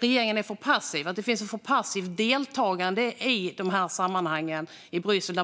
regeringen är för passiv, att deltagandet i Bryssel i dessa sammanhang är för passivt.